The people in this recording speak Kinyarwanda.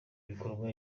ibikorwa